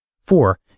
Four